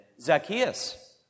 Zacchaeus